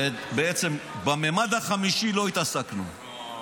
בעצם במימד החמישי לא התעסקנו.